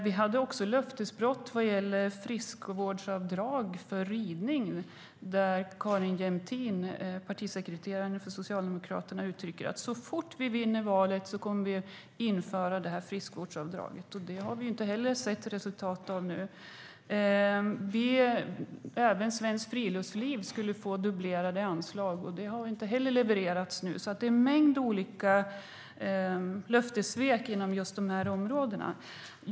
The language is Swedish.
Det gjordes också ett löftesbrott vad gäller friskvårdsavdrag för ridning. Carin Jämtin, partisekreterare för Socialdemokraterna, sa att man skulle införa det här friskvårdsavdraget så fort man vunnit valet. Men detta har vi inte sett något resultat av. Svenskt Friluftsliv skulle få dubblerade anslag. Inte heller detta har levererats. Det har gjorts en mängd olika löftessvek inom de här områdena.